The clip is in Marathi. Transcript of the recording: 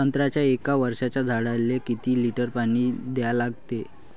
संत्र्याच्या एक वर्षाच्या झाडाले किती लिटर पाणी द्या लागते?